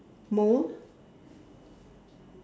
mold